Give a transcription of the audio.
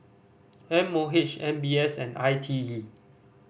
M O H M B S and I T E